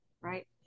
right